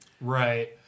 right